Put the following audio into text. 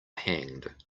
hanged